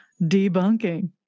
debunking